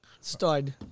Stud